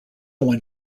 one